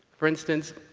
for instance,